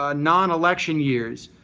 ah nonelection years?